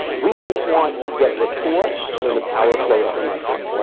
we just want to get rapport and then the power flows from us down.